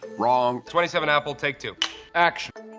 wrong! twenty seven apple, take two action.